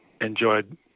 enjoyed